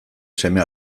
seme